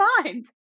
mind